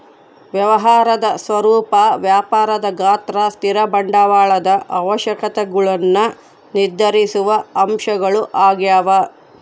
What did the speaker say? ವ್ಯವಹಾರದ ಸ್ವರೂಪ ವ್ಯಾಪಾರದ ಗಾತ್ರ ಸ್ಥಿರ ಬಂಡವಾಳದ ಅವಶ್ಯಕತೆಗುಳ್ನ ನಿರ್ಧರಿಸುವ ಅಂಶಗಳು ಆಗ್ಯವ